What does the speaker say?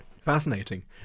Fascinating